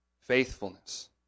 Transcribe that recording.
faithfulness